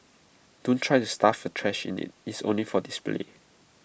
don't try to stuff your trash in IT is only for display